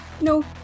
No